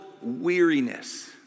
weariness